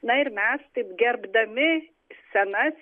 na ir mes taip gerbdami senas